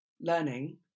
learning